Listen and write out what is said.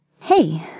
Hey